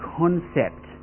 concept